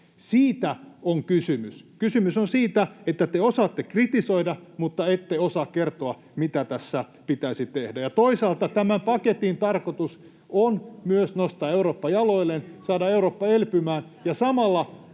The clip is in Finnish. Siitä on kysymys. Kysymys on siitä, että te osaatte kritisoida mutta ette osaa kertoa, mitä tässä pitäisi tehdä. Toisaalta tämän paketin tarkoitus on myös nostaa Eurooppa jaloilleen, saada Eurooppa elpymään ja samalla